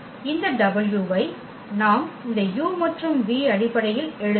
இந்த w வை நாம் இந்த u மற்றும் v அடிப்படையில் எழுதலாம்